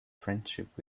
friendship